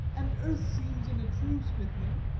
and earth seems in a truce with me,